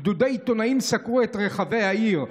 גדודי עיתונאים סקרו את רחבי העיר,